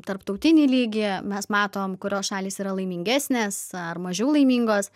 tarptautinį lygį mes matom kurios šalys yra laimingesnės ar mažiau laimingos